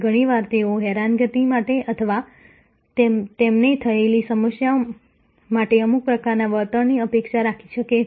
ઘણી વાર તેઓ હેરાનગતિ માટે અથવા તેમને થયેલી સમસ્યા માટે અમુક પ્રકારના વળતરની અપેક્ષા રાખી શકે છે